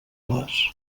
les